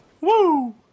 woo